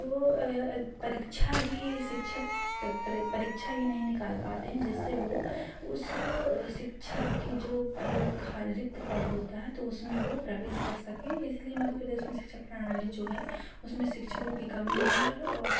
तो वो परीक्षा ही शिक्षक परीक्षा ही नहीं निकाल पाते हैं जिससे वो उस शिक्षक की जो पद खाली रिक्त पद होता है तो उसमें वो प्रवेश कर सकें इस लिए मध्य प्रदेश में शिक्षा प्रणाली जो है उसमें शिक्षकों की कमी है और